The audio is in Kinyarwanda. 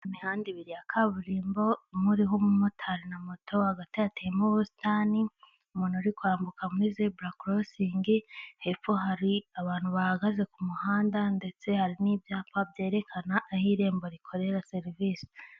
Imihanda ibiri ya kaburimbo, umwe uriho umumotari na moto, hagati yateyemo ubusitani, umuntu uri kwambuka muri zebura korosingi, hepfo hari abantu bahagaze ku muhanda, ndetse hari n'ibyapa byerekana aho irembo rikorera serivisi.